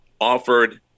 offered